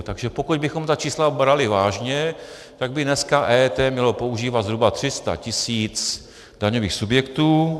Takže pokud bychom ta čísla brali vážně, tak by dneska EET mělo používat zhruba 300 tisíc daňových subjektů.